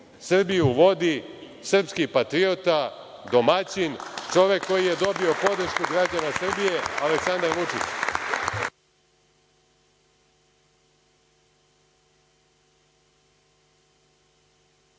Srbiju vodi srpski patriota, domaćin, čovek koji je dobio podršku građana Srbije, Aleksandar Vučić.